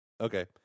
Okay